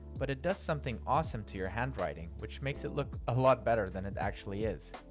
but it does something awesome to your handwriting, which makes it look a lot better than it actually is.